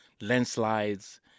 landslides